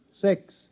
six